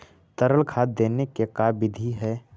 तरल खाद देने के का बिधि है?